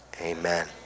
Amen